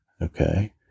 Okay